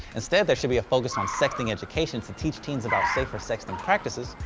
instead there should be a focus on sexting education, to teach teens about safer sexting practices,